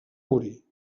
morir